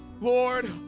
Lord